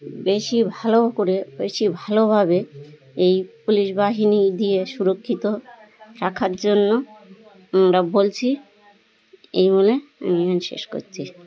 বেশি ভালো করে বেশি ভালোভাবে এই পুলিশ বাহিনী দিয়ে সুরক্ষিত রাখার জন্য আমরা বলছি এই বলে আমি শেষ করছি